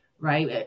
right